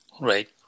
Right